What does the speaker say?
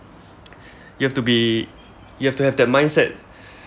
you have to be you have to have that mindset